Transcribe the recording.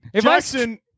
Jackson